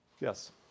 Yes